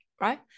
right